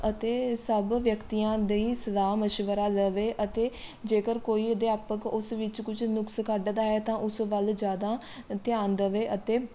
ਅਤੇ ਸਭ ਵਿਅਕਤੀਆਂ ਦੀ ਸਲਾਹ ਮਸ਼ਵਰਾ ਲਵੇ ਅਤੇ ਜੇਕਰ ਕੋਈ ਅਧਿਆਪਕ ਉਸ ਵਿੱਚ ਕੁਝ ਨੁਕਸ ਕੱਢਦਾ ਹੈ ਤਾਂ ਉਸ ਵੱਲ ਜ਼ਿਆਦਾ ਧਿਆਨ ਦੇਵੇ ਅਤੇ